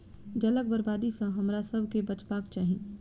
जलक बर्बादी सॅ हमरासभ के बचबाक चाही